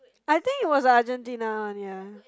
I think it was the Argentina one yeah